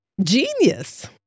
genius